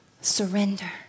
Surrender